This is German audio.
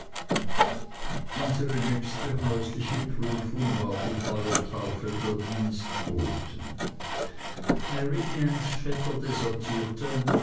unsere nächste häusliche prüfung war die feuertaufe der dienstboten mary annes vetter desertierte